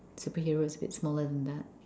superheroes a bit smaller than that